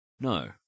No